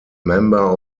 member